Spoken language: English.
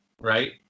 right